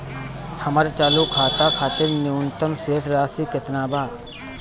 हमर चालू खाता खातिर न्यूनतम शेष राशि केतना बा?